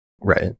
Right